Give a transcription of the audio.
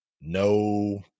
no